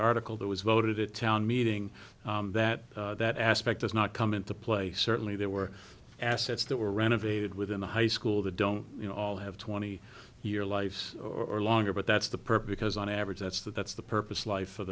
article that was voted at town meeting that that aspect has not come into play certainly there were assets that were renovated within the high school the don't you know all have twenty year life or longer but that's the perp because on average that's the that's the purpose of life for